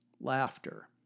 laughter